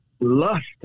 lust